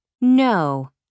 No